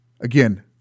Again